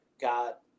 got